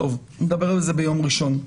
נדבר על זה ביום ראשון.